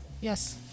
Yes